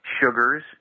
sugars